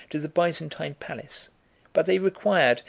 to the byzantine palace but they required,